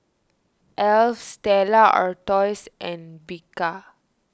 Alf Stella Artois and Bika